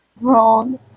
wrong